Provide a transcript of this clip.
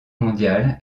mondiale